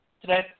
today